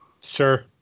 Sure